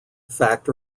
fact